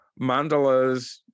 mandalas